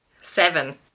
Seven